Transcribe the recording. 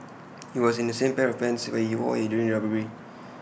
he was in the same pair of pants he wore during the robbery